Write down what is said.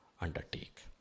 undertake